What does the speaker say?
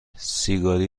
سیگاری